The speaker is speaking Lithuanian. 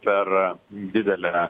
per didelę